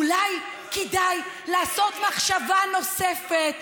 אולי כדאי לעשות מחשבה נוספת,